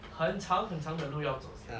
很长很长的路要走先